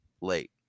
late